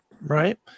Right